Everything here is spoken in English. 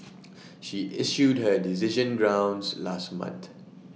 she issued her decision grounds last month